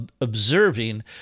observing